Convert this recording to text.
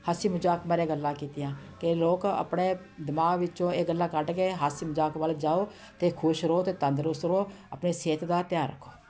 ਹਾਸੀ ਮਜ਼ਾਕ ਬਾਰੇ ਗੱਲਾਂ ਕੀਤੀਆਂ ਕਿ ਲੋਕ ਆਪਣੇ ਦਿਮਾਗ ਵਿੱਚੋਂ ਇਹ ਗੱਲਾਂ ਕੱਢ ਕੇ ਹਾਸੀ ਮਜ਼ਾਕ ਵੱਲ ਜਾਓ ਅਤੇ ਖੁਸ਼ ਰਹੋ ਅਤੇ ਤੰਦਰੁਸਤ ਰਹੋ ਆਪਣੀ ਸਿਹਤ ਦਾ ਧਿਆਨ ਰੱਖੋ